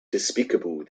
despicable